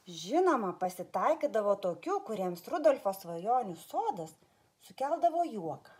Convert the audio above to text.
žinoma pasitaikydavo tokių kuriems rudolfo svajonių sodas sukeldavo juoką